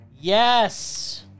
Yes